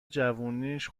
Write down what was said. جوونیش